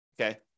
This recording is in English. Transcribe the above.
Okay